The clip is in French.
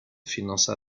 finança